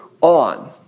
on